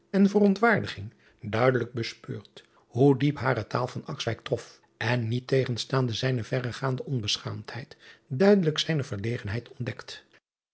en verontwaardiging duidelijk bespeurd hoe diep hare taal trof en niettegenstaande zijne verregaande onbeschaamdheid duidelijk zijne verlegenheid ontdekt